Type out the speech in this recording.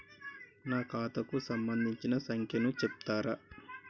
నా ఖాతా కు సంబంధించిన సంఖ్య ను చెప్తరా?